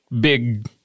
big